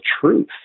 truth